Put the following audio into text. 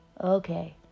okay